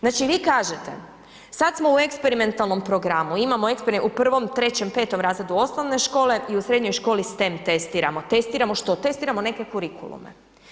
Znači vi kažete sad smo u eksperimentalnom programu imamo eksperimentalni u prvom, trećem, petom razredu osnovne škole i u srednjoj školi stem testiramo, testiramo što, testiramo neke kurikulume.